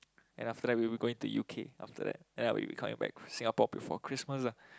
then after that we will be going U_K after that then we'll be coming back Singapore before Christmas ah